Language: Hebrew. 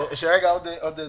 ברוך השם זה עובד בסדר.